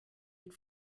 eat